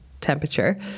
temperature